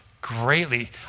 greatly